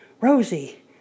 Rosie